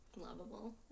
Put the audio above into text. lovable